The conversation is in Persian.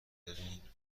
ببین